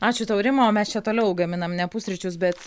ačiū tau rima o mes čia toliau gaminam ne pusryčius bet